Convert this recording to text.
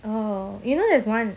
oh you know there's one